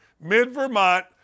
mid-Vermont